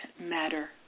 matter